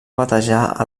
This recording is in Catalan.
batejar